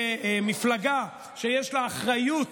כמפלגה שיש לה אחריות